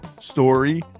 story